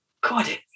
god